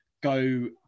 go